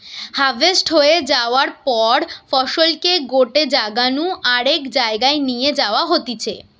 harvest হয়ে যায়ার পর ফসলকে গটে জাগা নু আরেক জায়গায় নিয়ে যাওয়া হতিছে